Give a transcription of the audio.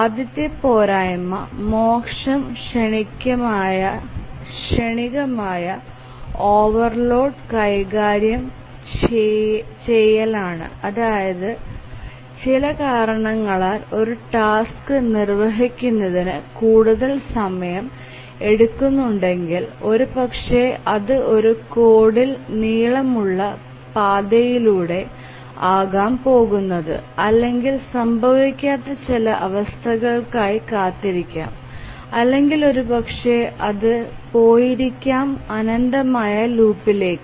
ആദ്യത്തെ പോരായ്മ മോശം ക്ഷണികമായ ഓവർലോഡ് കൈകാര്യം ചെയ്യലാണ് അതായത് ചില കാരണങ്ങളാൽ ഒരു ടാസ്ക് നിർവ്വഹിക്കുന്നതിന് കൂടുതൽ സമയം എടുക്കുന്നുണ്ടെങ്കിൽ ഒരുപക്ഷേ അത് ഒരു കോഡിൽ നീളമുള പാതയിലൂടെ ആകാം പോകുന്നത് അല്ലെങ്കിൽ സംഭവിക്കാത്ത ചില അവസ്ഥകൾക്കായി കാത്തിരിക്കാം അല്ലെങ്കിൽ ഒരുപക്ഷേ അത് പോയിരിക്കാം അനന്തമായ ലൂപ്പിലേക്ക്